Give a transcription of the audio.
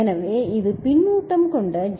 எனவே இது பின்னூட்டம் கொண்ட ஜே